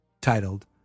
titled